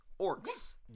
orcs